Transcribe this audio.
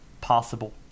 possible